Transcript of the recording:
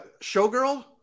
showgirl